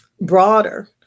broader